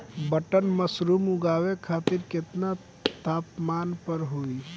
Button mushroom उगावे खातिर केतना तापमान पर होई?